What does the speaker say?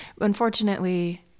Unfortunately